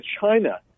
China